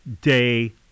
day